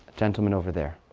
gentleman over there.